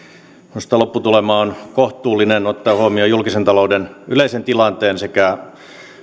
minusta lopputulema on kohtuullinen ottaen huomioon julkisen talouden yleisen tilanteen